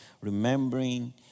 remembering